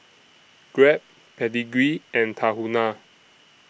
Grab Pedigree and Tahuna